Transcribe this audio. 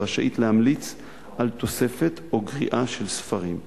ורשאית להמליץ על תוספת או גריעה של ספרים.